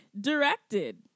directed